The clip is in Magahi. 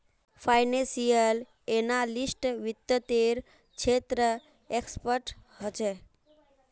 फाइनेंसियल एनालिस्ट वित्त्तेर क्षेत्रत एक्सपर्ट ह छे